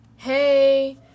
Hey